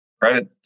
credit